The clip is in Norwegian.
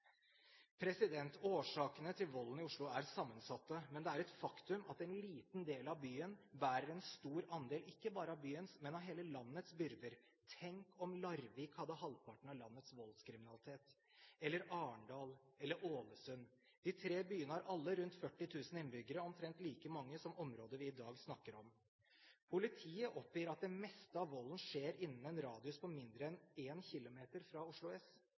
Årsakene til volden i Oslo er sammensatte, men det er et faktum at en liten del av byen bærer en stor andel ikke bare av byens, men av hele landets, byrder. Tenk om Larvik hadde halvparten av landets voldskriminalitet – eller Arendal, eller Ålesund! De tre byene har alle rundt 40 000 innbyggere, omtrent like mange som området vi i dag snakker om. Politiet oppgir at det meste av volden skjer innen en radius på mindre enn én kilometer fra Oslo S.